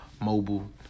mobile